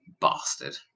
bastard